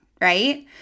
right